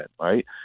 right